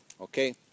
okay